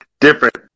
Different